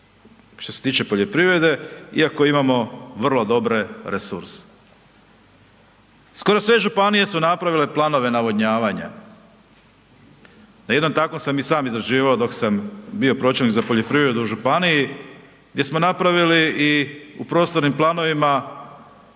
što se tiče poljoprivrede iako imamo vrlo dobre resurse. Skoro sve županije su napravile planove navodnjavanja, na jednom takvom sam i sam izrađivao dok sam bio pročelnik za poljoprivredu u županiji gdje smo napravili i u prostornim planovima